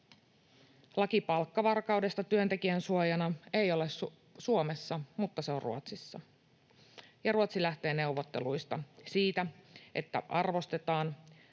Laki palkkavarkaudesta työntekijän suojana ei ole Suomessa, mutta se on Ruotsissa. Ruotsi lähtee neuvotteluissa siitä, että arvostetaan